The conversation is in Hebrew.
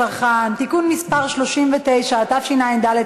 בקשת הממשלה להעביר את הסמכויות של ראש